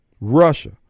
Russia